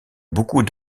beaucoup